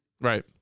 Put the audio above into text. Right